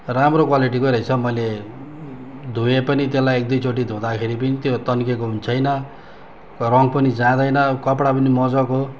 राम्रो क्वालिटीकै रहेछ मैले धोएँ पनि त्यसलाई एक दुईचोटि धुँदाखेरि पनि त्यो तन्किएको पनि छैन रङ पनि जाँदैन कपडा पनि मजाको